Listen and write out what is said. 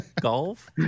Golf